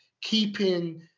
keeping